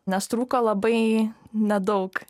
nes trūko labai nedaug